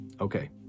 okay